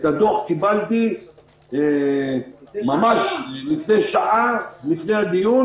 את הדוח קיבלתי ממש לפני שעה, לפני הדיון.